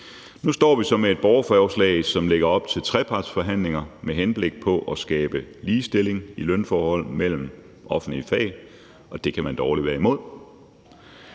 Nu står vi så med et borgerforslag, som lægger op til trepartsforhandlinger med henblik på at skabe ligestilling i lønforhold mellem offentlige fag, og det kan man dårligt være imod.